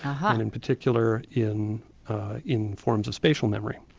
um in particular in in forms of spatial memory.